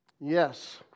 Yes